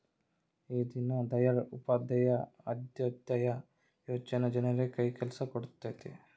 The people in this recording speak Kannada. ಈ ದೀನ್ ದಯಾಳ್ ಉಪಾಧ್ಯಾಯ ಅಂತ್ಯೋದಯ ಯೋಜನೆ ಜನರಿಗೆ ಕೈ ಕೆಲ್ಸ ಕೊಡುತ್ತೆ